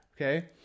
okay